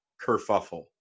kerfuffle